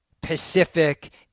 pacific